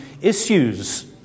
issues